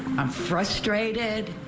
am frustrated.